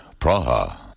Praha